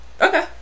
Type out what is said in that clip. Okay